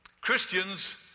Christians